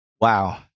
Wow